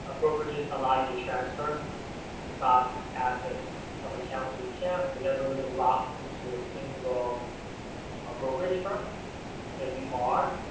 ah brokerages allow you to transfer stocks, assets, from account to account, you're never really locked into a single brokerage firm if you are,